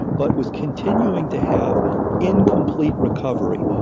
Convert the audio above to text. but was continuing to have incomplete recovery,